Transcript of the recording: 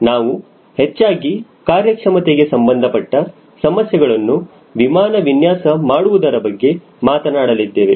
ನಾವು ಹೆಚ್ಚಾಗಿ ಕಾರ್ಯಕ್ಷಮತೆಗೆ ಸಂಬಂಧಪಟ್ಟ ಸಮಸ್ಯೆಗಳನ್ನು ವಿಮಾನ ವಿನ್ಯಾಸ ಮಾಡುವುದರ ಬಗ್ಗೆ ಮಾತನಾಡಲಿದ್ದೇವೆ